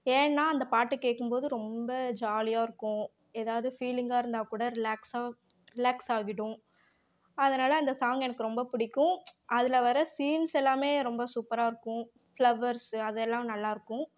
ஏன்னால் அந்த பாட்டு கேட்கும்போது ரொம்ப ஜாலியாக இருக்கும் ஏதாவுது ஃபீலிங்காக இருந்தால் கூட ரிலாக்ஸாக ரிலாக்ஸ் ஆகிடும் அதனால அந்த சாங் எனக்கு ரொம்ப பிடிக்கும் அதில் வர்ற சீன்ஸ் எல்லாமே ரொம்ப சூப்பராக இருக்கும் ஃப்ளவர்ஸ்ஸு அது எல்லாம் நல்லா இருக்கும்